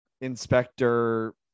inspector